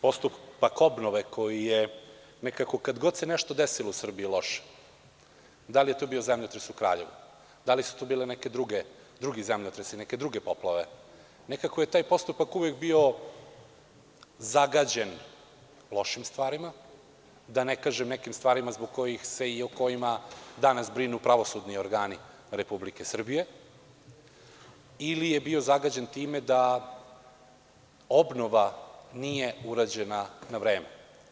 Postupak obnove koji je nekako kad god se nešto desilo u Srbiji loše, da li je to bio zemljotres u Kraljevu, da li su to bili neki drugi zemljotresi, neke druge poplave, nekako je taj postupak uvek bio zagađen lošim stvarima, da ne kažem nekim stvarima zbog kojih se i o kojima danas brinu pravosudni organi Republike Srbije ili je bio zagađen time da obnova nije urađena na vreme.